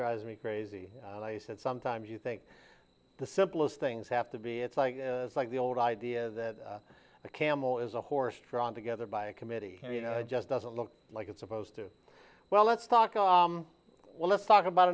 drives me crazy and i said sometimes you think the simplest things have to be it's like it's like the old idea that a camel is a horse drawn together by a committee and you know it just doesn't look like it's supposed to well let's talk about well let's talk about